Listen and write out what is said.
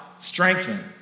strengthen